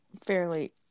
fairly